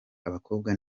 abakobwa